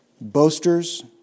boasters